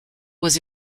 was